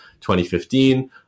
2015